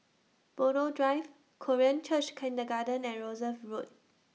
Buroh Drive Korean Church Kindergarten and Rosyth Road